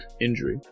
injury